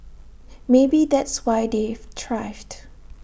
maybe that's why they've thrived